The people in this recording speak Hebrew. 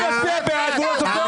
הוא מצביע בעד, הוא לא סופר אותו.